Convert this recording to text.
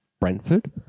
Brentford